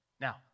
Now